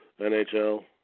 NHL